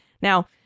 Now